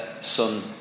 Son